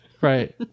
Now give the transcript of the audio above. right